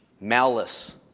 malice